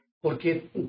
Porque